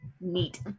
neat